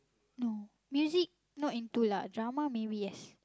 no music not into lah drama maybe yes